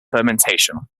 fermentation